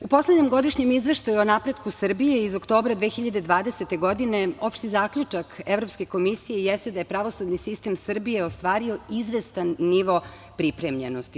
U poslednjem Godišnjem izveštaju o napretku Srbije iz oktobra 2020. godine, opšti zaključak Evropske komisije jeste da je pravosudni sistem Srbije ostvario izvestan nivo pripremljenosti.